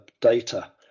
data